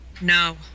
No